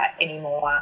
anymore